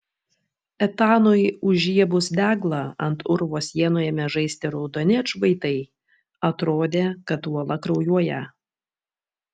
etanui užžiebus deglą ant urvo sienų ėmė žaisti raudoni atšvaitai atrodė kad uola kraujuoja